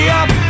up